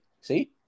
See